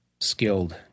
skilled